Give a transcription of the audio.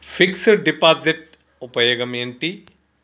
Fix డ్ deposit ఉపయోగం ఏంటి?